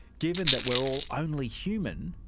given that we're all only human,